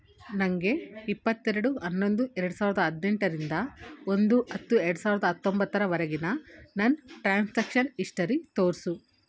ನನಗೆ ಇಪ್ಪತ್ತೆರಡು ಹನ್ನೊಂದು ಎರಡು ಸಾವಿರದ ಹದಿನೆಂಟರಿಂದ ಒಂದು ಹತ್ತು ಎರಡು ಸಾವಿರದ ಹತ್ತೊಂಬತ್ತರವರೆಗಿನ ನನ್ನ ಟ್ರಾನ್ಸಾಕ್ಷನ್ ಇಸ್ಟರಿ ತೋರಿಸು